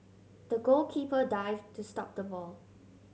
the goalkeeper dive to stop the ball